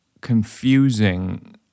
confusing